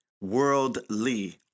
worldly